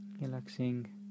Relaxing